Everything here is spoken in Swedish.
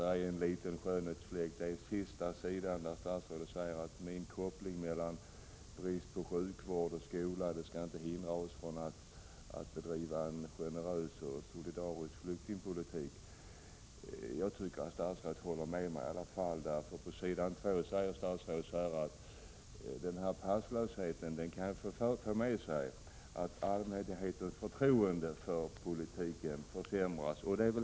Det finns en liten skönhetsfläck. På slutet säger statsrådet att min koppling till brister inom bl.a. sjukvård och skola inte skall hindra oss från att bedriva en generös och solidarisk flyktingpolitik. Jag tycker att statsrådet håller med mig i alla fall, för tidigare i svaret säger han att papperslösheten kan föra med sig att allmänhetens förtroende för flyktingpolitiken försämras.